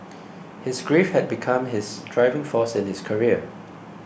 his grief had become his driving force in his career